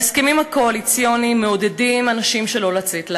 ההסכמים הקואליציוניים מעודדים אנשים שלא לצאת לעבודה,